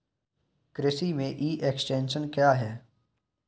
कृषि में e extension क्या है?